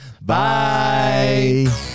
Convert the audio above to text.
Bye